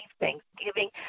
thanksgiving